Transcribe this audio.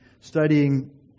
studying